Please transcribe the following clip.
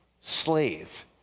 slave